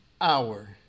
hour